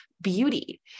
beauty